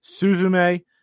Suzume